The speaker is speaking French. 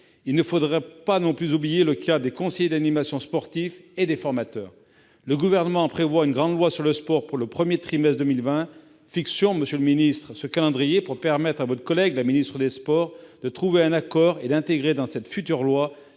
Il ne faudrait pas non plus oublier le cas des conseillers d'animation sportive et des formateurs. Le Gouvernement prévoit une grande loi relative au sport pour le premier trimestre 2020. Fixons-nous cette échéance, monsieur le secrétaire d'État, pour permettre à votre collègue, la ministre des sports, de trouver un accord et d'intégrer dans cette future loi